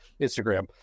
Instagram